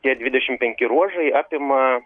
tie dvidešim penki ruožai apima